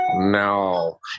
no